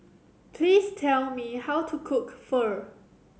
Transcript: please tell me how to cook Pho